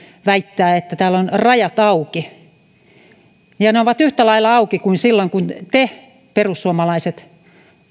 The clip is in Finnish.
väittää että täällä ovat rajat auki ne ovat yhtä lailla auki kuin silloin kun te perussuomalaiset